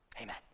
amen